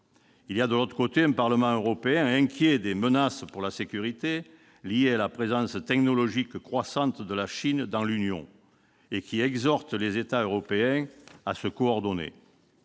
Il y a, de l'autre côté, un Parlement européen inquiet des « menaces pour la sécurité liées à la présence technologique croissante de la Chine dans l'Union » et qui exhorte les États européens à se coordonner.